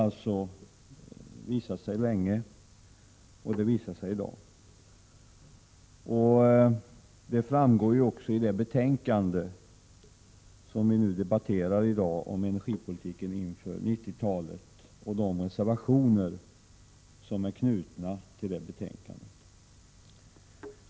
Detta har visat sig sedan länge, och det framgår också i dag — av det betänkande om energipolitiken som vi debatterar inför 90-talet och av de reservationer som är knutna till betänkandet.